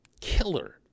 killer